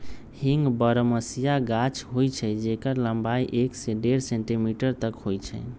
हींग बरहमसिया गाछ होइ छइ जेकर लम्बाई एक से डेढ़ सेंटीमीटर तक होइ छइ